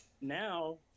now